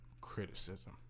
criticism